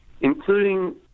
including